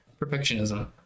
perfectionism